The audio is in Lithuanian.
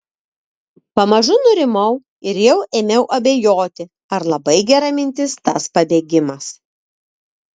pamažu nurimau ir jau ėmiau abejoti ar labai gera mintis tas pabėgimas